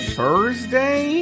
Thursday